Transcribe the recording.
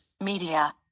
media